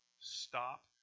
Stop